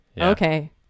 Okay